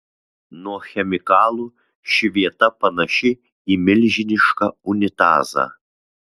nuo chemikalų ši vieta panaši į milžinišką unitazą